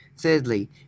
Thirdly